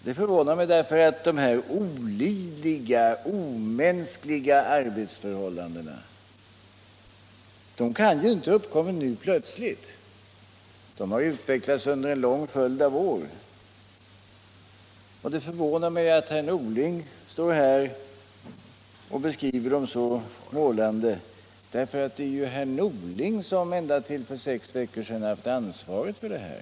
Det förvånar mig, därför att dessa olidliga och omänskliga arbetsförhållanden ju inte kan ha uppkommit plötsligt, utan måste ha utvecklats under en lång följd av år. Det är ju ändå herr Norling som ända till för sex veckor sedan hade ansvaret för allt detta.